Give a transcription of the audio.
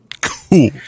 Cool